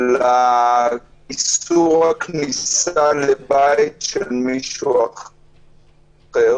של האיסור הכניסה לבית של מישהו אחר